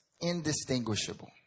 indistinguishable